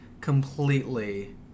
completely